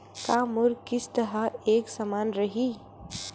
का मोर किस्त ह एक समान रही?